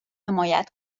حمایت